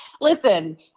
Listen